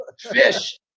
Fish